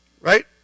right